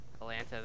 Atlanta